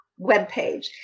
webpage